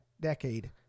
decade